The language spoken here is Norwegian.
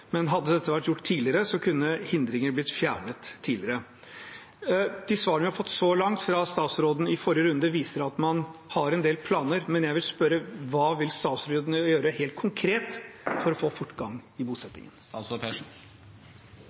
men hadde dette vært gjort tidligere, kunne hindringer ha blitt fjernet tidligere. De svarene vi i forrige runde fikk fra statsråden, viser at man har en del planer, men hva vil statsråden helt konkret gjøre for å få fortgang i bosettingen?